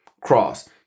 Cross